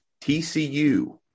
TCU